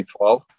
2012